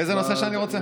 איזה נושא שאני רוצה?